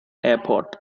airport